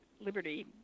liberty